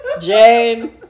Jane